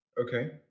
Okay